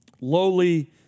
lowly